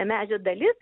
medžio dalis